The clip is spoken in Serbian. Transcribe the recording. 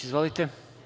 Izvolite.